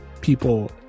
people